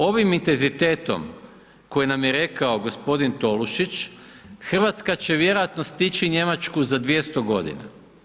Ovim intenzitetom koji nam je rekao gospodin Tolušić, Hrvatska će vjerojatno stići Njemačku za 200 godina.